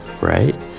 right